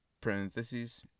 parentheses